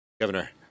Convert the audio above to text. Governor